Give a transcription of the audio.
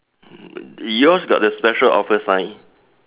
uh yours got the special offer sign